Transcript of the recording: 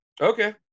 Okay